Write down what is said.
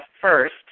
first